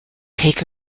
take